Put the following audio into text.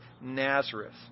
Nazareth